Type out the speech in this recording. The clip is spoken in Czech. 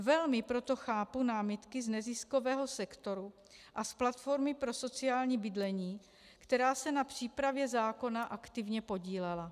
Velmi proto chápu námitky z neziskového sektoru a z platformy pro sociální bydlení, která se na přípravě zákona aktivně podílela.